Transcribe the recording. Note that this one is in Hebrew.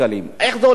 איך זה הולך יחד?